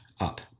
up